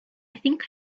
think